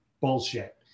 bullshit